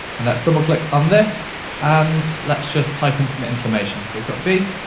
and let's double click on this, and let's just type in some information, so we got b,